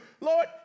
Lord